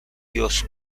dios